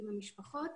עם המשפחות.